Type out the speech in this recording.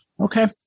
Okay